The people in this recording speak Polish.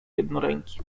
jednoręki